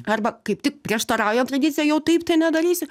arba kaip tik prieštarauja tradicijai jau taip tai nedarysiu